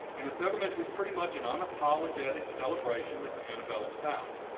and the pilgrimage was pretty much an unapologetic celebration of the antebellum south,